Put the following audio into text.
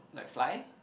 like fly